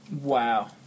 Wow